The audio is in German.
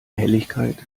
helligkeit